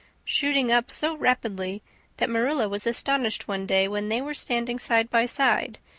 shooting up so rapidly that marilla was astonished one day, when they were standing side by side,